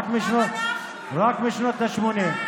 רק משנות השמונים.